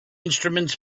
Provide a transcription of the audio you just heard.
instruments